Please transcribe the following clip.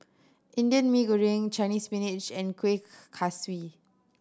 Indian Mee Goreng Chinese Spinach and Kuih Kaswi